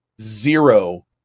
zero